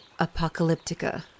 Apocalyptica